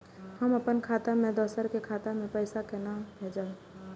हम अपन खाता से दोसर के खाता मे पैसा के भेजब?